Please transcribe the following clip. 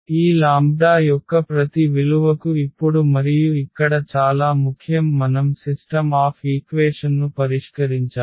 ఈ లాంబ్డా యొక్క ప్రతి విలువకు ఇప్పుడు మరియు ఇక్కడ చాలా ముఖ్యం మనం సిస్టమ్ ఆఫ్ ఈక్వేషన్ను పరిష్కరించాలి